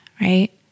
right